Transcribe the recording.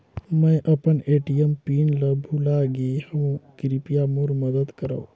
मैं अपन ATM PIN ल भुला गे हवों, कृपया मोर मदद करव